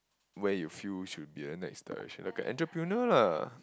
where you feel should be the next direction like an entrepreneur lah